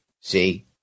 See